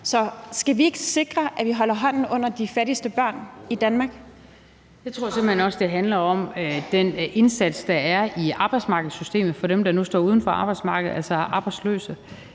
Søe): Ordføreren. Kl. 14:28 Inger Støjberg (DD): Jeg tror simpelt hen også, at det handler om den indsats, der er i arbejdsmarkedssystemet, for dem, der nu står uden for arbejdsmarkedet, altså er arbejdsløse.